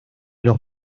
los